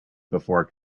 before